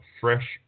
Fresh